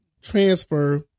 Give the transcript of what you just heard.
transfer